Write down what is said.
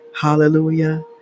Hallelujah